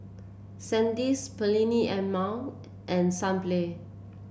Sandisk Perllini and Mel and Sunplay